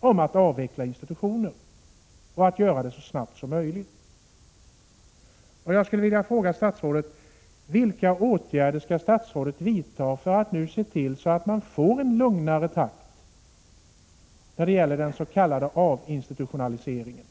om att avveckla institutioner och att göra det så snabbt som möjligt. Jag skulle vilja fråga statsrådet: Vilka åtgärder skall statsrådet vidta för att nu se till att man får en lugnare takt i den s.k. avinstitutionaliseringen?